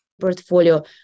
portfolio